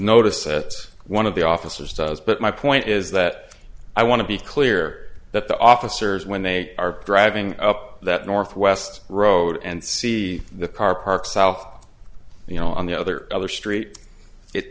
notice that one of the officers does but my point is that i want to be clear that the officers when they are driving up that northwest road and see the car park south you know on the other other street it